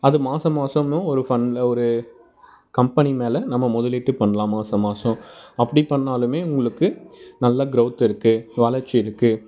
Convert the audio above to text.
அது மாத மாதமும் ஒரு ஃபன் ஒரு கம்பெனி மேலே நம்ம முதலீட்டு பண்லாம் மாத மாதம் அப்படி பண்ணாலுமே உங்களுக்கு நல்ல குரோத் இருக்கு வளர்ச்சி இருக்கு